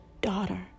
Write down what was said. daughter